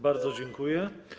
Bardzo dziękuję.